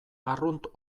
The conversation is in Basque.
arrunt